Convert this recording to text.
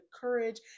courage